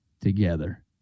together